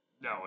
No